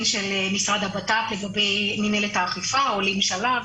של משרד הבט"פ לגבי מנהלת האכיפה: עולים שלב,